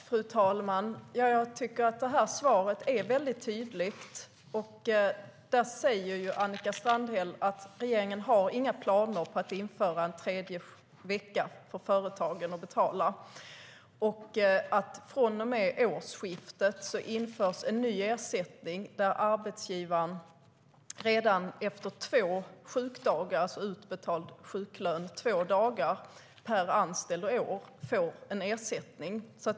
Fru talman! Jag tycker att det här svaret är väldigt tydligt. Annika Strandhäll säger ju att regeringen inte har några planer på att införa en tredje vecka som företagen ska betala och att man från och med årsskiftet inför en ny ersättning där arbetsgivaren redan efter två sjukdagar, alltså utbetald sjuklön i två dagar per anställd och år, får ersättning.